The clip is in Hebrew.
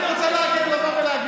כי הם מפחדים להגיד את האמת.